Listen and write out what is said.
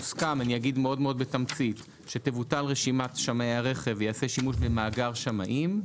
הוסכם שתבוטל רשימת שמאי הרכב וייעשה שימוש במאגר שמאים,